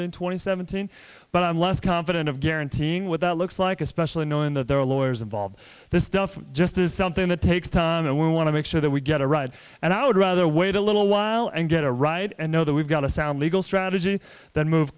and seventeen but i'm less confident of guaranteeing without looks like especially knowing that there are lawyers involved this stuff just is something that takes time and we want to make sure that we get a ride and i would rather wait a little while and get a ride and know that we've got a sound legal strategy then move